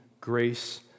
grace